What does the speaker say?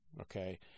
okay